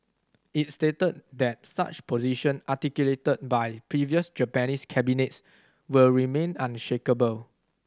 it stated that such position articulated by previous Japanese cabinets will remain unshakeable